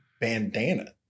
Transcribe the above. bandana